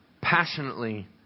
Passionately